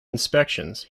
inspections